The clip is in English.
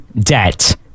debt